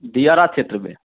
दियरा क्षेत्र में